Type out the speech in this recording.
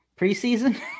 preseason